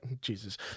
Jesus